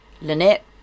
Lynette